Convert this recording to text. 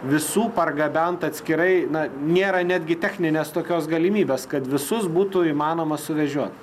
visų pargabent atskirai na nėra netgi techninės tokios galimybės kad visus būtų įmanoma suvežiot